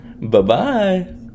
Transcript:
Bye-bye